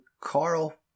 carl